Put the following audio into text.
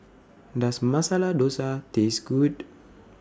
Does Masala Dosa Taste Good